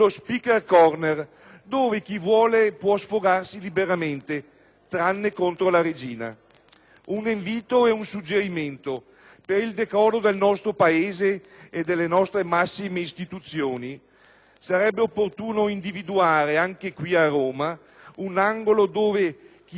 Un invito e un suggerimento per il decoro del nostro Paese e delle nostre massime istituzioni: sarebbe opportuno individuare anche qui a Roma un angolo dove chi ha qualcosa da dire possa sfogarsi liberamente. E le assicuro che ce ne sono tanti di parchi a Roma. **Sui